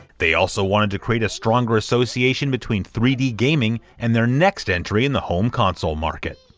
they also wanted to create a stronger association between three d gaming and their next entry in the home console market.